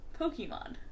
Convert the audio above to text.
Pokemon